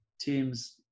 teams